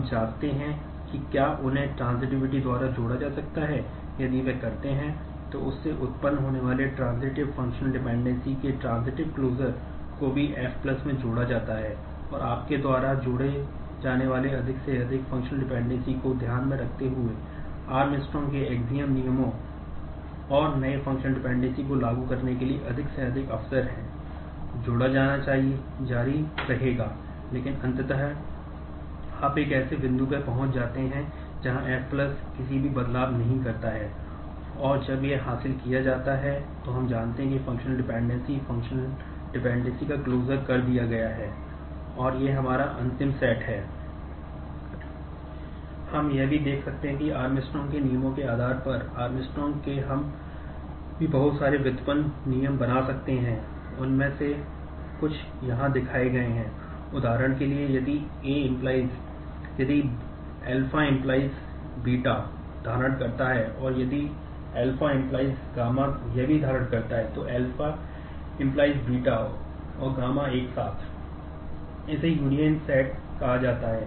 हम यह भी देख सकते हैं कि आर्मस्ट्रांग स्पष्ट रूप से पकड़ लेगी यह साबित करने के लिए तुच्छ है